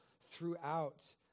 throughout